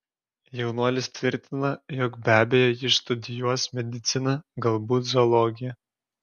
jaunuolis tvirtina jog be abejo jis studijuos mediciną galbūt zoologiją